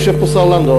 יושב פה השר לנדאו,